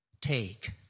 take